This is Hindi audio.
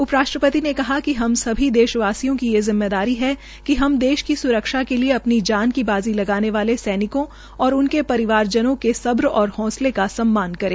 उप राष्ट्रपति ने कहा कि हम सभी देश का ये जिम्मेदारी है कि हम देश की स्रक्षा के लिये अपनी जन की बाजी लगाने वाले सैनिकों और उनके परिवार जनों के सब्र और हौसले का सम्मान करें